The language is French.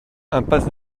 impasse